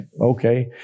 Okay